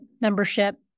membership